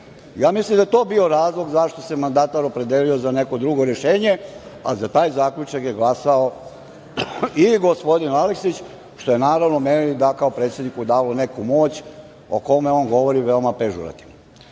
meda. Mislim da je to bio razlog zašto se mandatar opredelio za neko drugo rešenje, a za taj zaključak je glasao i gospodin Aleksić, što je naravno meni kao predsedniku dalo neku moć o kome on govori veoma pežorativno. Hajde